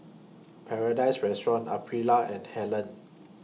Paradise Restaurant Aprilia and Helen